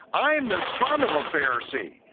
i am the son of a pharisee.